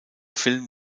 film